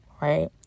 right